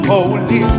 Holy